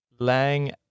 Lang